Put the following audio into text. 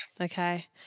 Okay